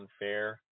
unfair